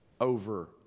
over